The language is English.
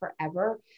forever